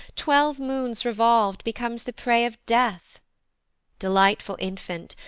twelve moons revolv'd, becomes the prey of death delightful infant,